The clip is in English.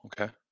okay